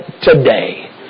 today